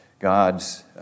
God's